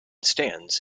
stands